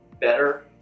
better